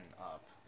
up